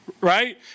Right